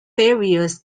various